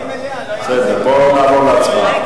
בואו נעבור להצבעה.